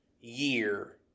year